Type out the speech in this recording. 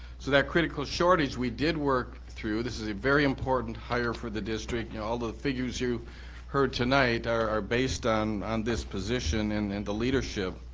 so that critical shortage, we did work through. this is a very important hire for the district. and all the figures you heard tonight are based on on this position and and the leadership.